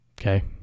Okay